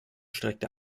streckte